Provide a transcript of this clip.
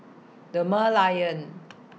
The Merlion